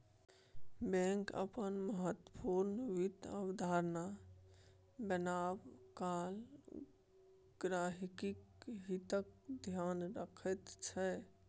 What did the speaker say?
bank अपन महत्वपूर्ण वित्त अवधारणा बनेबा काल गहिंकीक हितक ध्यान रखैत छै